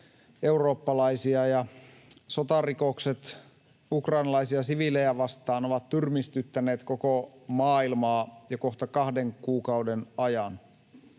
eurooppalaisia, ja sotarikokset ukrainalaisia siviilejä vastaan ovat tyrmistyttäneet koko maailmaa jo kohta kahden kuukauden ajan.